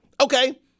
Okay